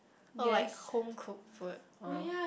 oh like home cook food oh